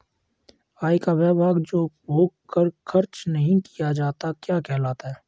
आय का वह भाग जो उपभोग पर खर्च नही किया जाता क्या कहलाता है?